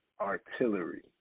artillery